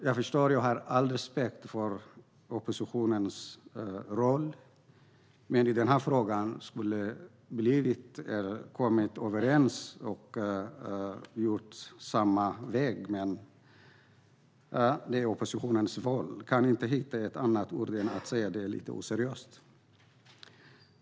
Jag har all respekt för oppositionens roll, men i den här frågan borde vi vara överens. Jag kan inte hitta ett annat uttryck för det än att det är lite oseriöst.